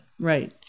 Right